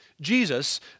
Jesus